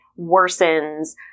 worsens